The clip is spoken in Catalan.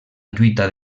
lluita